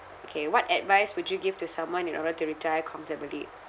okay what advice would you give to someone in order to retire comfortably